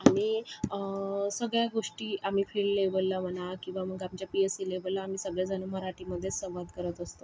आणि सगळ्या गोष्टी आम्ही फील्ड लेव्हलला म्हणा किंवा मग आपल्या पी एच सी लेव्हलला आम्ही सगळ्या जणी मराठीमध्येच संवाद करत असतो